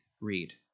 read